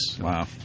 Wow